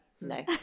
no